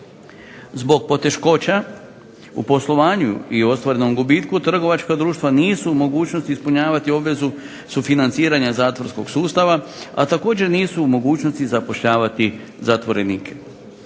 Zbog poteškoća u poslovanju i ostvarenom gubitku trgovačka društva nisu u mogućnosti ispunjavati obvezu sufinanciranja zatvorskog sustava, a također nisu u mogućnosti zapošljavati zatvorenike.